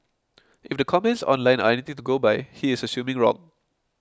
if the comments online are anything to go by he is assuming wrong